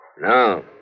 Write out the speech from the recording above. no